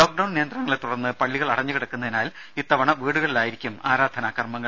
lockdown നിയന്ത്രണങ്ങളെ തുടർന്ന് പള്ളികൾ അടഞ്ഞുകിടക്കുന്നതിനാൽ ഇത്തവണ വീടുകളിലായിരിക്കും ആരാധനാകർമങ്ങൾ